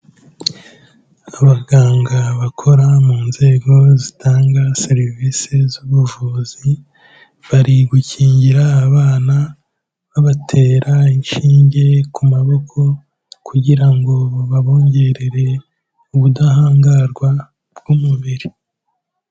Abaganga bakora mu nzego zitanga serivisi z'ubuvuzi, bari gukingira abana babatera inshinge ku maboko kugira ngo babongerere ubudahangarwa bw'umubiri.